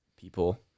people